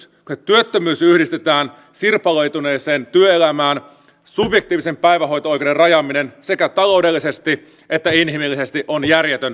kun se työttömyys yhdistetään sirpaloituneeseen työelämään subjektiivisen päivähoito oikeuden rajaaminen sekä taloudellisesti että inhimillisesti on järjetön päätös